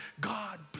God